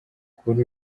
kuri